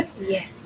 Yes